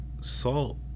salt